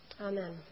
Amen